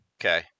Okay